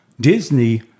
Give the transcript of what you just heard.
Disney